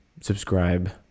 subscribe